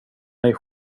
mig